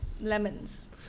lemons